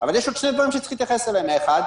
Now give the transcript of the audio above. אבל יש עוד שני דברים שצריך להתייחס אליהם: דבר אחד,